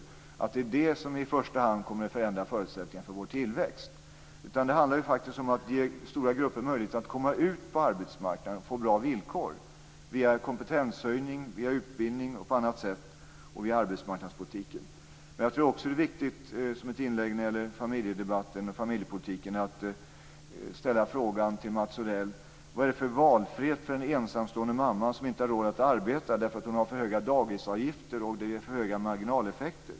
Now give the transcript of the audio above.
Jag anser inte att den typen av insatser i första hand kommer förändra förutsättningarna för vår tillväxt. Det handlar faktiskt om att ge stora grupper möjligheter att komma ut på arbetsmarknaden och få bra villkor via kompetenshöjning, utbildning, på annat sätt och via arbetsmarknadspolitiken. Jag tror också att det är viktigt, som ett inlägg när det gäller familjepolitiken, att ställa frågan till Mats Odell: Vilken valfrihet har en ensamstående mamma som inte har råd att arbeta därför att det är för höga dagisavgifter och för höga marginalavgifter?